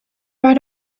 right